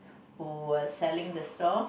who were selling the store